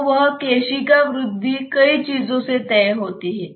तो वह केशिका वृद्धि कई चीजों से तय होती है